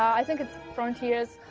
i think frontiers.